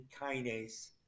kinase